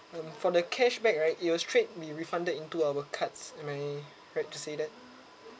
um for the cashback right it'll straight be refunded into our cards am I right to say that